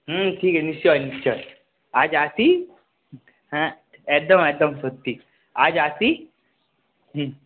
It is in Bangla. হুম ঠিক আছে নিশ্চয়ই নিশ্চয়ই আজ আসি হ্যাঁ একদম একদম সত্যি আজ আসি হুম